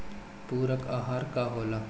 पुरक अहार का होला?